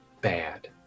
bad